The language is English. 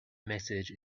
message